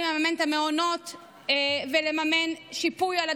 בכל יום אני מנהל את הוועדה לביקורת המדינה.